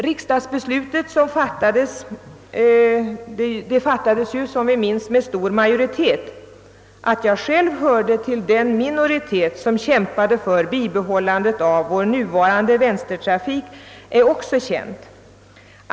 Riksdagsbeslutet fattades som bekant med stor majoritet. Att jag själv hörde till den minoritet som kämpade för bibehållandet av vår nuvarande vänstertrafik är också känt.